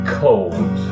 cold